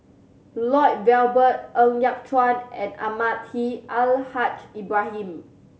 Lloyd Valberg Ng Yat Chuan and Almahdi Al Haj Ibrahim